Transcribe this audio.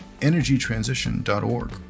EnergyTransition.org